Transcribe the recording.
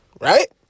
right